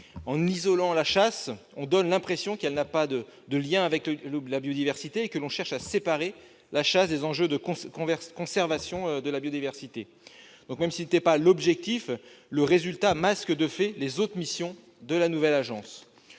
En isolant la chasse, on donne l'impression qu'elle n'a pas de lien avec la biodiversité et qu'on cherche à la séparer des enjeux de préservation de la biodiversité. Même si tel n'était pas l'objectif de la commission, le résultat masque, de fait, les autres missions de la nouvelle agence.